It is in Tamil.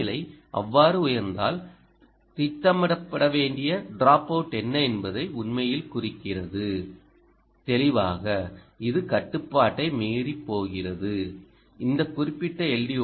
வெப்பநிலை அவ்வாறு உயர்ந்தால் திட்டமிடப்பட வேண்டிய டிராப் அவுட் என்ன என்பதை உண்மையில் குறிப்பிடுகிறது தெளிவாக இது கட்டுப்பாட்டை மீறப் போகிறது இது இந்த குறிப்பிட்ட எல்